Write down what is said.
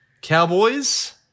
Cowboys